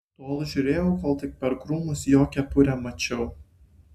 tol žiūrėjau kol tik per krūmus jo kepurę mačiau